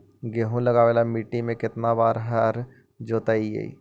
गेहूं लगावेल मट्टी में केतना बार हर जोतिइयै?